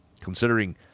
considering